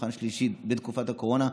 מבחן שלישי בתקופת הקורונה,